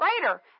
greater